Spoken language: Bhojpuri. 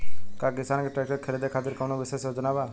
का किसान के ट्रैक्टर खरीदें खातिर कउनों विशेष योजना बा?